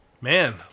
Man